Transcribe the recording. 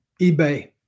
eBay